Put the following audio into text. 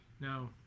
No